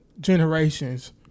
generations